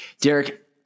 Derek